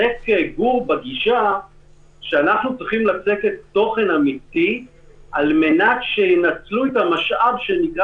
רק על ידי מתן כוח לאותו אדם על מנת לייצר את ההסדר כך נגיע